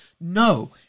no